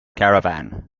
caravan